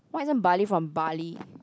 why isn't barley from Bali